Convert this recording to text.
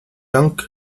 dank